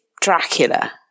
Dracula